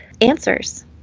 answers